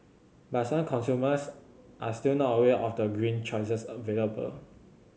but some consumers are still not aware of the green choices available